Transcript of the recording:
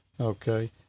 Okay